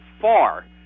far